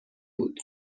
بود